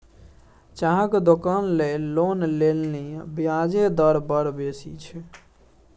चाहक दोकान लेल लोन लेलनि ब्याजे दर बड़ बेसी छै